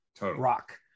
rock